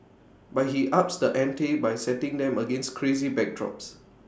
but he ups the ante by setting them against crazy backdrops